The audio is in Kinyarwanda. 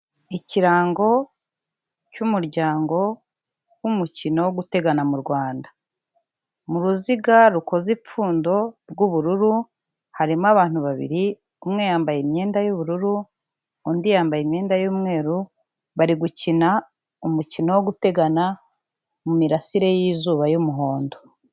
Ikirango cy'umuryango w'umukino wo gutegana mu Rwanda, mu ruziga rukozeza ipfundo rw'ubururu harimo abantu babiri, umwe yambaye imyenda y'ubururu undi yambaye imyenda y'umweru bari gukina umukino wo gutegana mu mirasire y'izuba y'umuhondo.